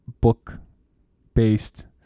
book-based